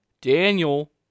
Daniel